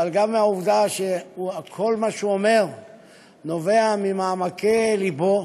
אבל גם בעובדה שכל מה שהוא אומר נובע ממעמקי לבו,